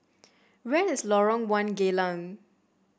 where is Lorong One Geylang